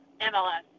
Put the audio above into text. MLS